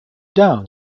down